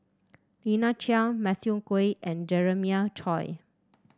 Lina Chiam Matthew Ngui and Jeremiah Choy